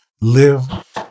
live